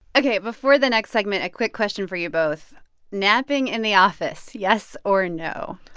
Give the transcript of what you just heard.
ok, before the next segment, a quick question for you both napping in the office yes or no?